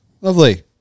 Lovely